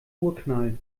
urknall